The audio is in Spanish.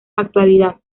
actualidad